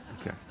okay